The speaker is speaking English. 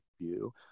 view